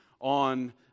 on